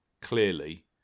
clearly